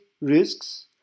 risks